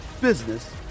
business